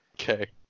Okay